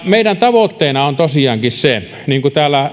meidän tavoitteenamme on tosiaankin niin kuin täällä